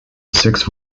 six